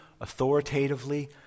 authoritatively